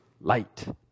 light